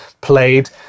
played